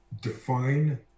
define